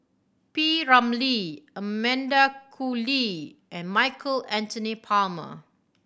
P Ramlee Amanda Koe Lee and Michael Anthony Palmer